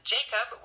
Jacob